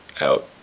out